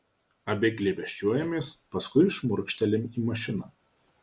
abi glėbesčiuojamės paskui šmurkštelim į mašiną